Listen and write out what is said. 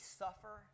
suffer